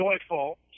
joyful